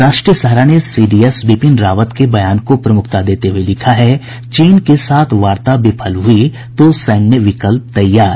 राष्ट्रीय सहारा ने सीडीएस विपिन रावत के बयान को प्रमुखता देते हुए लिखा है चीन के साथ वार्ता विफल हुई तो सैन्य विकल्प तैयार